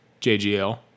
JGL